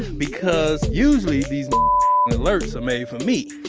because usually these alerts are made for me.